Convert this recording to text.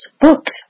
books